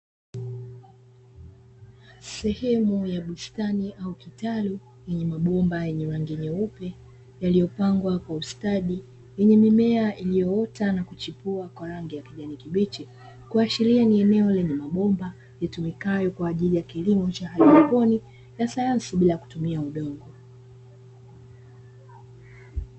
Sehemu ya bustani ya au kitalu yenye mabomba yenye rangi nyeupe yaliyopangwa kwa ustadi, yenye mimea iliyoota na kuchipua kwa rangi ya kijani kibichi, kuashiria ni eneo lenye mabomba yatumikayo kwa ajili ya kilimo cha haidroponi ya sayansi bila kutumia udongo.